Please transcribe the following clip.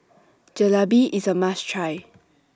Jalebi IS A must Try